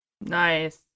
Nice